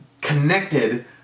connected